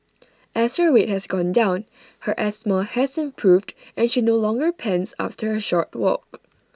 as her weight has gone down her asthma has improved and she no longer pants after A short walk